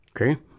Okay